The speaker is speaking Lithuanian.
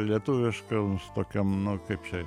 lietuviškoms tokiom nu kaip čia